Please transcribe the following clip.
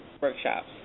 workshops